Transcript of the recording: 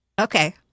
okay